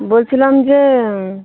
বলছিলাম যে